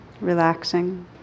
relaxing